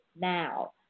now